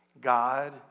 God